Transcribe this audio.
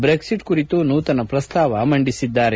ಚ್ರೆಕ್ಲಿಟ್ ಕುರಿತು ನೂತನ ಪ್ರಸ್ತಾವ ಮಂಡಿಸಿದ್ದಾರೆ